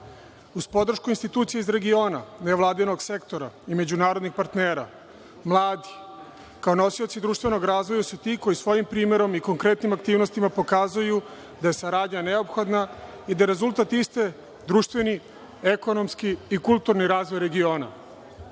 podršku institucija iz regiona, nevladinog sektora i međunarodnih partnera, mladi, kao nosioci društvenog razvoja, su ti koji svojim primerom i konkretnim aktivnostima pokazuju da je saradnja neophodna i da je rezultat iste društveni, ekonomski i kulturni razvoj regiona.